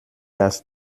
das